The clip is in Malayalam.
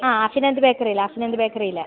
ആ അഭിനന്ദ് ബേക്കറിയില് അഭിനന്ദ് ബേക്കറിയില്